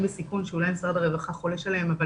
בסיכון שאולי משרד הרווחה חולש עליהן אבל